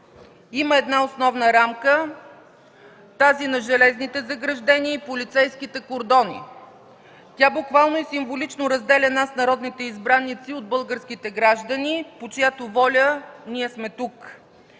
има една основна рамка – тази на железните заграждения и полицейските кордони. Тя буквално и символично разделя нас, народните избраници, от българските граждани, по чиято воля ние сме тук.